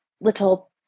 little